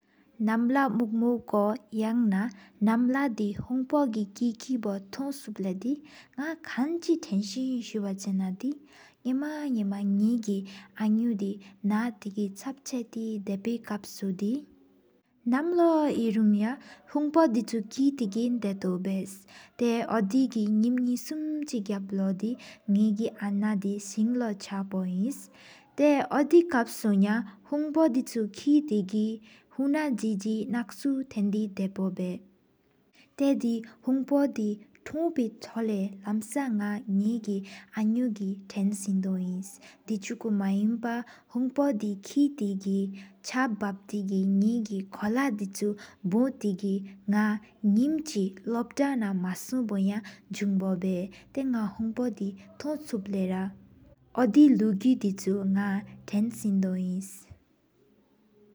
ནམ་ལ་དེ་མུག་མུག་ཀོ་ཡན་ན་ནམ་ལ་དི། ཧུང་པོ་གི་སྐད་པོ་ཐུང་བཅུ་ན་དི། ནག་ཁང་གཅིག་ཐེན་སེ་སི་བ་ཆེ་ན་དི། ནས་ན་ནས་གི་ཨ་ནུ་དི་ནག་ཏེ་གི། ཕྱག་འཕྲད་ཐེའོ་དེས་པའི་ཁངས་དུ་དི་ནམ་ལོ་ཨིན་རུ་ཡ། ཧུང་པོ་དིན་ཁུ་གི་ཕར་སྒལ་མིང་གི་དེས་སྟོད་སླར། ཏ་ཡའོ་དི་གི་མིང་ཉལ་ངོ་འུང་གཅིག་དཀང་ཡའུ་འི། ནག་གནས་ཨ་ན་དི་ཤིང་ལོ་ཆགས་པོ་ཨིན། ཏ་ཡའོ་དི་ཁངས་ཡའུ་ཧུང་པོ་དིན་ཁུ་ཀེ་གི། ཧུ་ན་གང་གུས་ཐ་ནད་དཀོན་བོ་སྟག་པོ་བཞིན། ཏ་ཧ་དེ་ཧུང་པོ་དེ་ཐུ་ཚོས་དུས་ལ་ལན། ལམ་མར་ནག་གཧྱ་ཀྱི་ཨ་ན་གི་ཐེན་ཨེ་ན་རོཨིན། ད་འགའི་མ་ཡ་པའོ་ཧུང་པོ་དི། ཁེ་རེ་གི་ཕྱག་དབང་ལོ་སྐྱེ་གི་ནག་ཁང་ལ་དིན་ཁུ། བུ་ཀྱེ་གི་ནག་ལོ་བསྟད་ན་མ་སོ་ཡ་ཟུན་འོས་པ། ཏ་ཡའོ་ནག་ཧུང་པོ་དེ་ཊོད་མཆུའོ་གྲ་འོ་རོ་ཡ་དི། ལུག་དེ་ཐེན་སིང་དབོ་སིང༌།